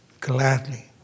Gladly